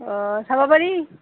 অঁ চাব পাৰি